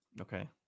Okay